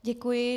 Děkuji.